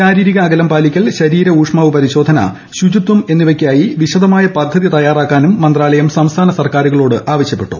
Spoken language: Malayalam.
ശാരീരിക അകലം പാലിക്കൽ ശരീര ഊഷ്മാവ് പരിശോധന ശൂചിത്വം എന്നിവയ്ക്കായി വിശദമായ പദ്ധതി തയ്യാറാക്കാനും മന്ത്രാലയം സംസ്ഥാന സർക്കാരുകളോട് ആവശ്യപ്പെട്ടു